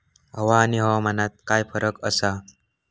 हवा आणि हवामानात काय फरक असा?